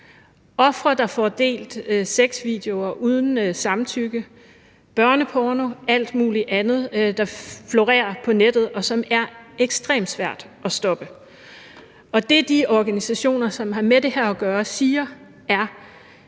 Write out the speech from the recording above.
ofre, der får delt sexvideoer uden samtykke, børneporno og alt muligt andet, der florerer på nettet, og som er ekstremt svært at stoppe. Det, de organisationer, som har med det her at gøre, siger, er,